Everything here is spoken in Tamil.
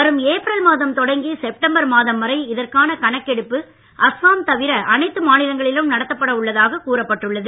வரும் ஏப்ரல் மாதம் தொடங்கி செப்டம்பர் மாதம் வரை இதற்கான கணக்கெடுப்பு அஸ்ஸாம் தவிர அனைத்து மாநிலங்களிலும் நடத்தப்பட உள்ளதாக கூறப்பட்டுள்ளது